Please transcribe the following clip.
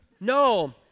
No